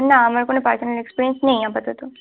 না আমার কোনো পার্সোনাল এক্সপিরিয়েন্স নেই আপাতত